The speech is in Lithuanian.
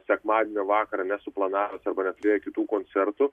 sekmadienio vakarą nesuplanavęs arba neturėję kitų koncertų